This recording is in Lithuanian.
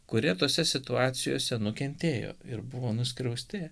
kurie tose situacijose nukentėjo ir buvo nuskriausti